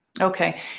Okay